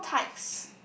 little type